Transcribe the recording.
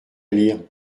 lire